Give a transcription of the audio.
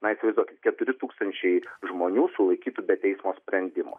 na įsivaizduokit keturi tūkstančiai žmonių sulaikytų be teismo sprendimo